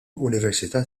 università